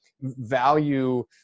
value